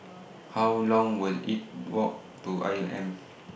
How Long Will IT Walk to I M